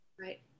Right